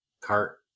cart